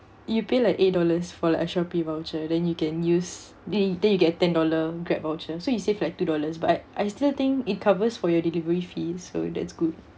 you pay like eight dollars for like a Shopee voucher then you can use then then you get ten dollar grab voucher so you save like two dollars but I still think it covers for your delivery fees so that's good